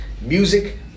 music